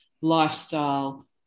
lifestyle